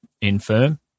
infirm